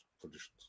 conditions